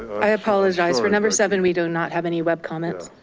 i apologize for number seven, we do not have any web comments.